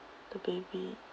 the baby